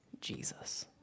Jesus